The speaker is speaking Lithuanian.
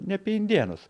ne apie indėnus